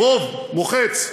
רוב מוחץ.